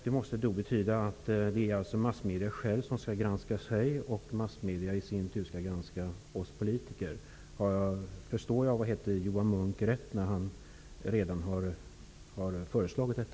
Det måste betyda att massmedierna skall granska sig själva och att massmedierna i sin tur skall granska oss politiker. Förstår jag Johan Munck rätt?